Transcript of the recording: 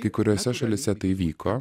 kai kuriose šalyse tai vyko